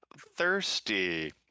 thirsty